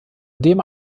dem